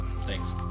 Thanks